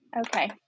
okay